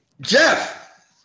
Jeff